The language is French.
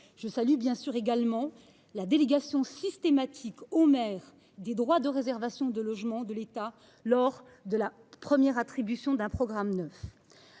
ainsi que la délégation systématique au maire des droits de réservation de logements de l’État lors de la première attribution d’un programme neuf.